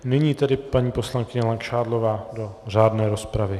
Nyní tedy paní poslankyně Langšádlová do řádné rozpravy.